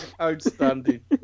Outstanding